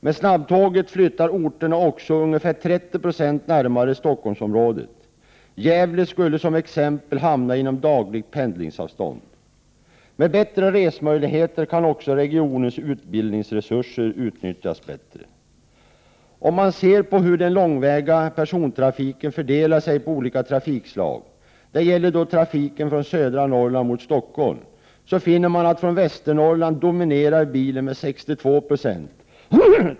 Med snabbtåget flyttar orterna också ungefär 30 20 närmare Stockholmsområdet. Gävle skulle som exempel hamna inom dagligt pendlingsavstånd. Med bättre resmöjligheter kan också regionens ubildningsresurser utnyttjas bättre. Om man ser på hur den långväga persontrafiken fördelar sig på olika trafikslag — det gäller då trafiken från södra Norrland mot Stockholm — finner man att från Västernorrlands län dominerar bilen med 62 20.